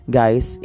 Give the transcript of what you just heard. guys